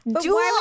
dual